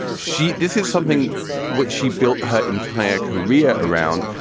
she. this is something which she built her entire career around,